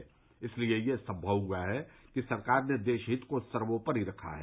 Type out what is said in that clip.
यह इसलिए संमव हुआ है कि सरकार ने देशहित को सर्वोपरि रखा है